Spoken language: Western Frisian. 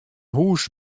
hûs